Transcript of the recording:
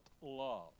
love